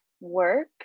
work